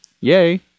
Yay